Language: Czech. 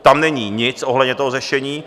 Tam není nic ohledně toho řešení.